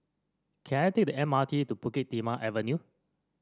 can I take the M R T to Bukit Timah Avenue